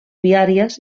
viàries